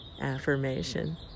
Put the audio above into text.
affirmation